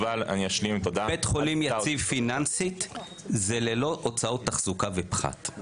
בית חולים יציב פיננסית זה ללא הוצאות תחזוקה ופחת,